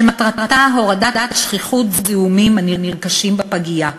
ומטרתה הורדת שכיחות זיהומים הנרכשים בפגייה.